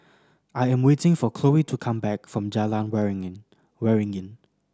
I am waiting for Khloe to come back from Jalan Waringin Waringin